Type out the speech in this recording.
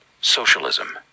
Socialism